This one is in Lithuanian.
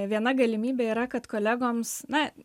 viena galimybė yra kad kolegoms na